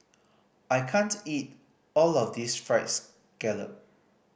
I can't eat all of this Fried Scallop